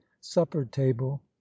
supper-table